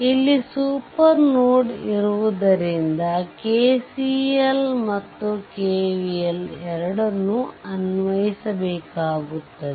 ಇಲ್ಲಿ super node ಇರುವುದರಿಂದ KCL ಮತ್ತು KVL ಎರಡನ್ನೂ ಅನ್ವಯಿಸಬೇಕಾಗುತ್ತದೆ